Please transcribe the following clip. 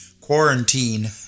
quarantine